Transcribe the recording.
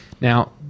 Now